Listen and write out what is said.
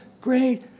great